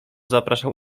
zapraszał